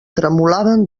tremolaven